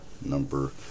number